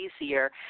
easier